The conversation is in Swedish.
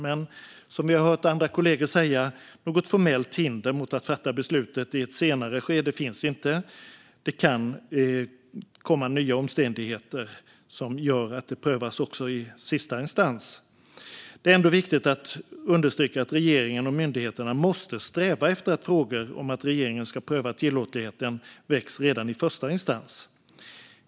Men som vi har hört andra kolleger säga finns det inte något formellt hinder mot att fatta beslut i ett senare skede. Det kan komma nya omständigheter som gör att det prövas också i sista instans. Det är ändå viktigt att understryka att regeringen och myndigheterna måste sträva efter att frågor om att regeringen ska pröva tillåtligheten väcks redan i första instans.